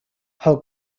how